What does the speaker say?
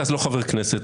לא כחבר כנסת.